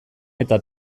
eta